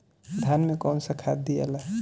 धान मे कौन सा खाद दियाला?